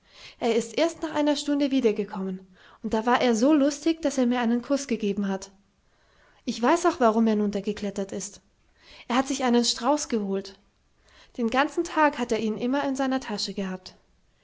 er ist erst nach einer stunde wieder gekommen und da war er so lustig daß er mir einen kuß gegeben hat ich weiß auch warum er nunter geklettert ist er hat sich einen strauß geholt den ganzen tag hat er ihn immer in seiner tasche gehabt